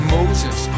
Moses